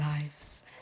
lives